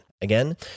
Again